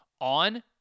on